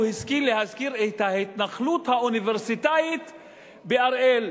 הוא השכיל להזכיר את ההתנחלות האוניברסיטאית באריאל.